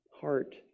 heart